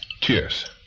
Cheers